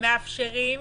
מאפשרים